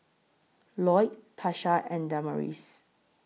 Loyd Tasha and Damaris